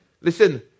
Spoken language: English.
Listen